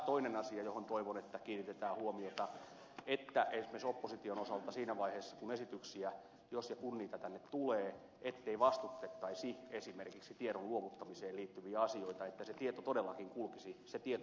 toinen asia johon toivon kiinnitettävän huomiota on se ettei esimerkiksi opposition osalta siinä vaiheessa jos ja kun esityksiä tänne tulee vastustettaisi esimerkiksi tiedon luovuttamiseen liittyviä asioita että se tieto todellakin kulkisi se tieto joka on olemassa